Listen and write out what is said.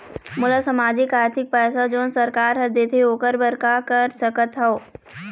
मोला सामाजिक आरथिक पैसा जोन सरकार हर देथे ओकर बर का कर सकत हो?